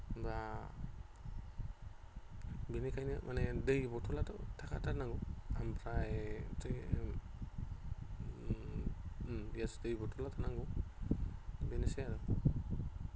होमबा बेनिखायनो माने दै बथलाथ' थाखाथारनांगौ ओमफ्राय बे दै बथला थानांगौ बेनोसै आरो